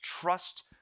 trust